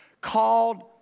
called